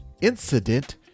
incident